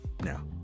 now